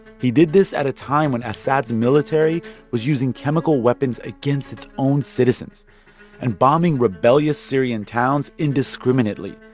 he did this at a time when assad's military was using chemical weapons against its own citizens and bombing rebellious syrian towns indiscriminately,